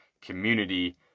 community